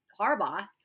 Harbaugh